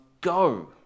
go